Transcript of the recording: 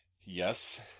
Yes